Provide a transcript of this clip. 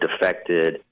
defected